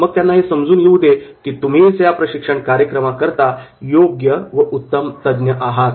आणि मग त्यांना हे समजून येऊ दे की तुम्हीच या प्रशिक्षण कार्यक्रमाकरिता योग्य व उत्तम तज्ञ आहात